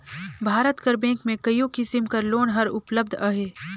भारत कर बेंक में कइयो किसिम कर लोन हर उपलब्ध अहे